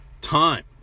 time